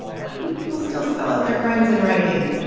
why do people still spell out their crimes in writing?